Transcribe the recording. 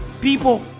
People